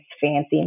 fancy